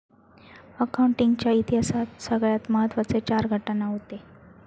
accounting च्या इतिहासात सगळ्यात महत्त्वाचे चार घटना हूते